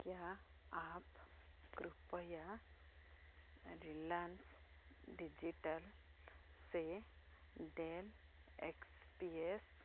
क्या आप कृपया रिलांस डिजिटल से डैन एक्स पी एस